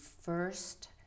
first